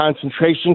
concentration